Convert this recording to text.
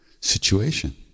situation